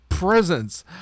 presence